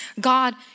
God